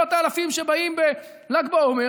מאות האלפים שבאים בל"ג בעומר,